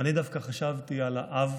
אני דווקא חשבתי על האב